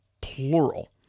plural